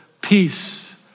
peace